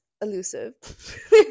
elusive